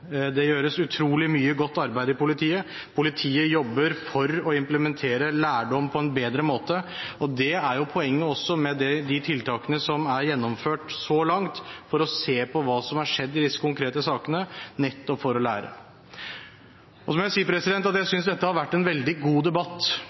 Det gjøres utrolig mye godt arbeid i politiet. Politiet jobber for å implementere lærdom på en bedre måte, og poenget med de tiltakene som er gjennomført så langt, er jo å se på hva som har skjedd i disse konkrete sakene – nettopp for å lære. Så må jeg si at jeg